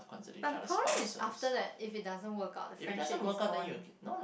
but the problem is after that if it doesn't work out the friendship is gone